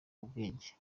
ubwenge